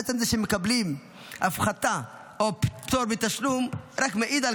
עצם זה שהם מקבלים הפחתה או פטור מתשלום רק מעיד על